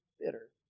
bitter